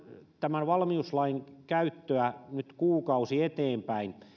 tämän valmiuslain käyttöä nyt kuukausi eteenpäin